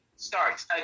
starts